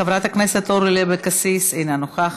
חברת הכנסת אורלי לוי אבקסיס, אינה נוכחת,